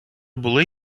були